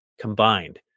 combined